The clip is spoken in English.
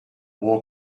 war